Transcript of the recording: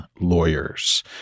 lawyers